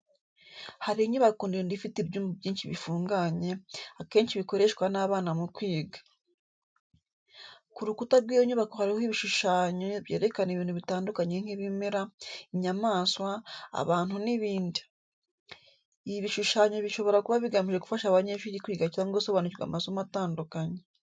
Hari inyubako ndende ifite ibyumba byinshi bifunganye, akenshi bikoreshwa n'abana mu kwiga. Ku rukuta rw'iyo nyubako harimo ibishushanyo byerekana ibintu bitandukanye nk'ibimera, inyamaswa, abantu, n'ibindi. Ibi bishushanyo bishobora kuba bigamije gufasha abanyeshuri kwiga cyangwa gusobanukirwa amasomo atandukanye.